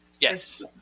Yes